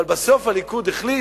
אבל בסוף הליכוד החליט,